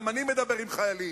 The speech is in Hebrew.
גם אני מדבר עם חיילים,